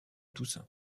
toussaint